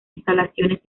instalaciones